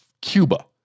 Cuba